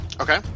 Okay